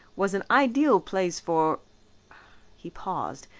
was an ideal place for he paused,